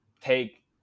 take